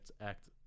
act